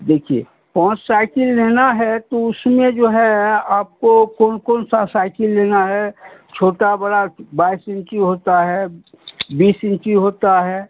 देखिए कौन साइकिल लेना है तो उसमें जो है आपको कौन कौन सा साइकिल लेना है छोटा बड़ा बाइस इंची होता है बीस इंची होता है